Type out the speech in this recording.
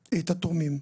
התורמים.